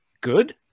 good